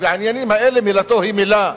ובעניינים האלה מילתו היא מלה.